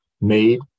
made